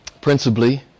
principally